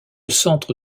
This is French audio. centre